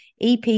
EP